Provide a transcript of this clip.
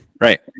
right